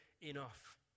enough